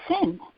sin